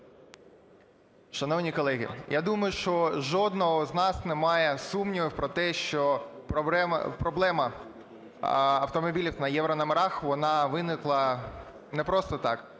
Шановні колеги! Я думаю, що в жодного із нас немає сумнівів про те, що проблема автомобілів на єврономерах вона виникла не просто так.